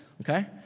Okay